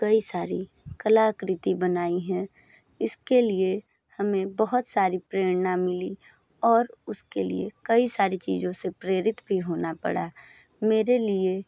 कई सारी कलाकृति बनाई हैं इसके लिए हमें बहुत सारी प्रेरणा मिली और उसके लिए कई सारी चीज़ों से प्रेरित भी होना पड़ा मेरे लिए